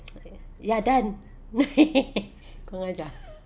ya done kurang ajar